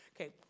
Okay